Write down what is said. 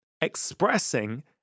expressing